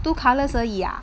two colours 而已 ah